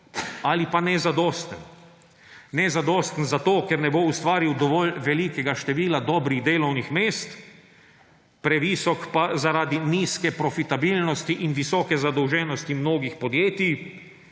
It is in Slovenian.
ali pa nezadosten. Nezadosten zato, ker ne bo ustvaril dovolj velikega števila dobrih delovnih mest, previsok pa zaradi nizke profitabilnosti in visoke zadolženosti mnogih podjetij,